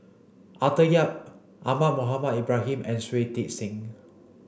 Arthur Yap Ahmad Mohamed Ibrahim and Shui Tit Sing